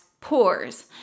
pores